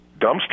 dumpster